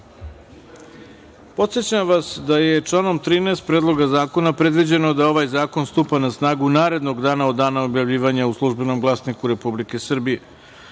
amandman. Podsećam vas da je članom 13. Predloga zakona predviđeno da ovaj zakon stupa na snagu narednog dana od dana objavljivanja u Službenom glasniku Republike Srbije. Prema